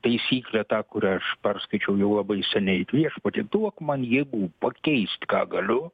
taisyklę tą kurią aš perskaičiau jau labai seniai viešpatie duok man jėgų pakeist ką galiu